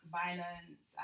violence